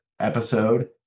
episode